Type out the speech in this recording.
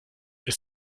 ist